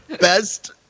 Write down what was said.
best